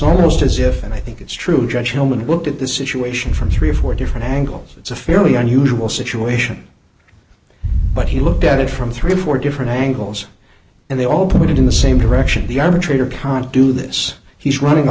almost as if and i think it's true judge helmond looked at this situation from three or four different angles it's a fairly unusual situation but he looked at it from three or four different angles and they all put it in the same direction the arbitrator can't do this he's running a